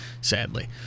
sadly